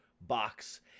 box